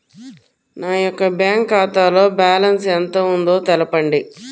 నా యొక్క బ్యాంక్ ఖాతాలో బ్యాలెన్స్ ఎంత ఉందో తెలపండి?